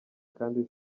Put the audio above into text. kandi